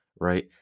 right